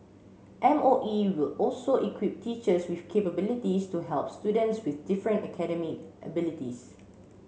M O E will also equip teachers with capabilities to help students with different academic abilities